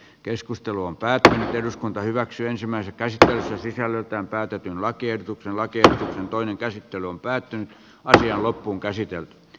keskustelu on päättänyt eduskunta hyväksyi ensimmäisen käsitöissä sisällöltään päätetyn lakiehdotuksen laatia toinen käsittely on päättynyt ja asia loppuunkäsitelty